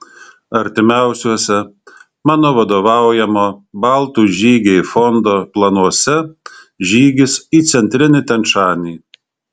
artimiausiuose mano vadovaujamo baltų žygiai fondo planuose žygis į centrinį tian šanį